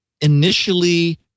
initially